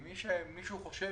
אם מישהו חושב